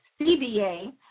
CBA